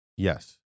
Yes